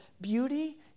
beauty